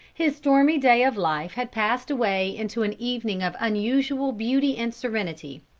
his stormy day of life had passed away into an evening of unusual beauty and serenity.